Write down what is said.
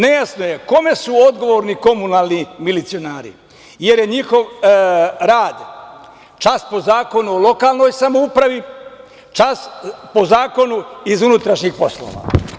Nejasno je kome su odgovorni komunalni milicionari, jer je njihov rad čas po Zakonu o lokalnoj samoupravi, čas po Zakonu iz unutrašnjih poslova.